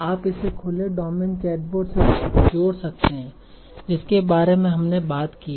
आप इसे खुले डोमेन चैटबोट से जोड़ सकते हैं जिसके बारे में हमने बात की थी